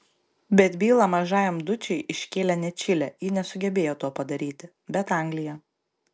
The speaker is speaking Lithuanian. bet bylą mažajam dučei iškėlė ne čilė ji nesugebėjo to padaryti bet anglija